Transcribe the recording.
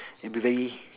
it'll be very